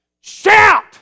shout